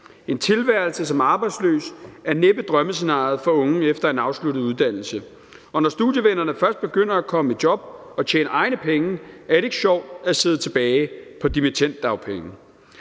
En tilværelse som arbejdsløs er næppe drømmescenariet for unge efter en afsluttet uddannelse. Og når først studievennerne begynder at komme i job og tjene egne penge, er det ikke sjovt at sidde tilbage på dimittenddagpenge.